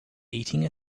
eating